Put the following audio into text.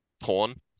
porn